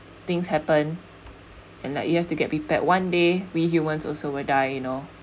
things happen and like you have to get prepared one day we humans also will die you know